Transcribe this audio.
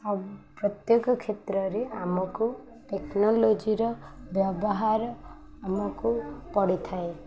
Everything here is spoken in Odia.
ଆଉ ପ୍ରତ୍ୟେକ କ୍ଷେତ୍ରରେ ଆମକୁ ଟେକ୍ନୋଲୋଜିର ବ୍ୟବହାର ଆମକୁ ପଡ଼ିଥାଏ